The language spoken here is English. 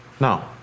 No